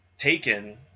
taken